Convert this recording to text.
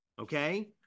okay